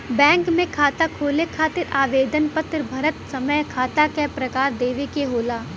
bank में खाता खोले खातिर आवेदन पत्र भरत समय खाता क प्रकार देवे के होला